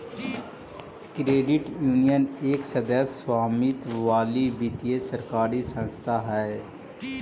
credit union एक सदस्य स्वामित्व वाली वित्तीय सरकारी संस्था हइ